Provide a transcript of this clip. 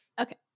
Okay